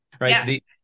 right